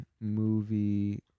movie